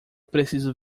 preciso